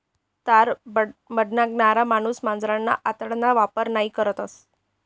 तार बनाडणारा माणूस मांजरना आतडाना वापर नयी करस